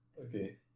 Okay